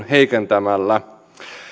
heikentämällä